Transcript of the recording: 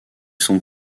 sont